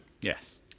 Yes